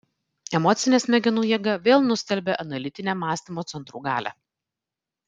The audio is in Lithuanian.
emocinė smegenų jėga vėl nustelbia analitinę mąstymo centrų galią